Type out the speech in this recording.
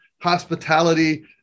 hospitality